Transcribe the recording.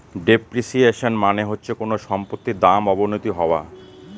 depreciation মানে হচ্ছে কোনো সম্পত্তির দাম অবনতি হওয়া